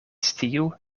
sciu